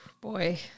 Boy